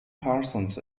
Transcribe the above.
parsons